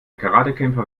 karatekämpfer